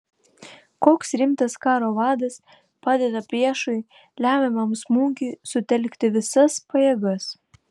koks rimtas karo vadas padeda priešui lemiamam smūgiui sutelkti visas pajėgas